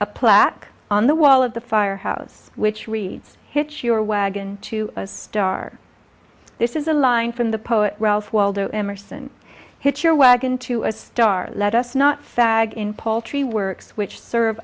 a plaque on the wall of the firehouse which reads hitch your wagon to a star this is a line from the poet ralph waldo emerson hitch your wagon to a star let us not sag in poultry works which serve